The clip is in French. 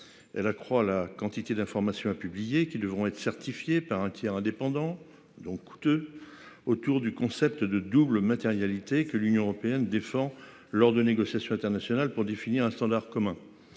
Elle accroît la quantité d'informations a publié qui devront être certifiés par un tiers indépendant donc coûteux autour du concept de doubles matérialité que l'Union européenne, défend lors de négociations internationales pour définir un standard commun.